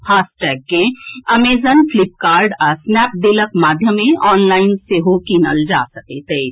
FASTag के Amazon Flipkart आ स्नैपडीलक माध्यमे ऑनलाईन सेहो कीनल जा सकैत अछि